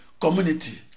community